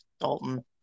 Dalton